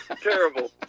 Terrible